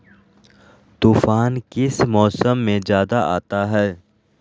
तूफ़ान किस मौसम में ज्यादा आता है?